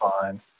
fine